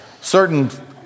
certain